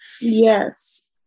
Yes